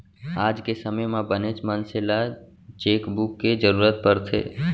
आज के समे म बनेच मनसे ल चेकबूक के जरूरत परथे